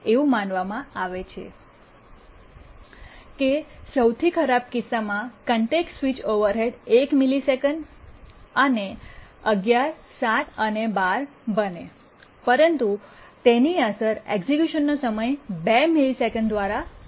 એવું માનવામાં આવે છે કે સૌથી ખરાબ કિસ્સામાં કોન્ટેક્સ્ટ સ્વિચ ઓવરહેડ 1 મિલિસેકન્ડ અને 11 7 અને 12 બને પરંતુ તેની અસર એક્ઝેક્યુશનનો સમય 2 મિલિસેકન્ડ દ્વારા વધારશે